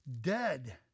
dead